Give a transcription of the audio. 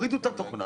הורידו את התוכנה